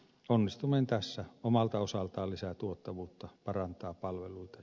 onnistuminen tässä omalta osaltaan lisää tuottavuutta parantaa palveluita